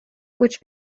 which